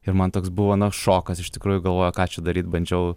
ir man toks buvo na šokas iš tikrųjų galvoju ką čia daryt bandžiau